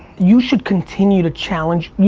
you should continue to challenge.